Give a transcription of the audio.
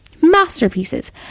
masterpieces